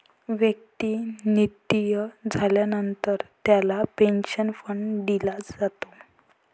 व्यक्ती निवृत्त झाल्यानंतर त्याला पेन्शन फंड दिला जातो